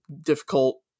difficult